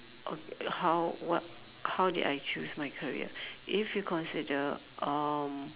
oh how what how did I choose my career if you consider um